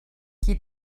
qui